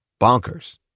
bonkers